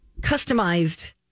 customized